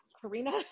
Karina